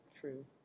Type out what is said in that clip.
True